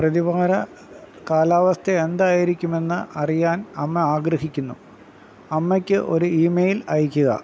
പ്രതിവാര കാലാവസ്ഥ എന്തായിരിക്കുമെന്ന് അറിയാൻ അമ്മ ആഗ്രഹിക്കുന്നു അമ്മയ്ക്ക് ഒരു ഇമെയിൽ അയയ്ക്കുക